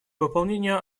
выполнения